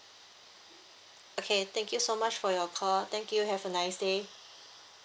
okay thank you so much for your call thank you have a nice day